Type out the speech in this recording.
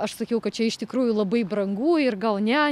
aš sakiau kad čia iš tikrųjų labai brangu ir gal ne